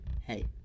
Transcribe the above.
Hey